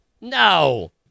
No